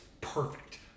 perfect